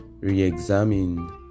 re-examine